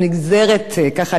של אותו רעיון.